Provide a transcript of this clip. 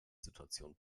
situation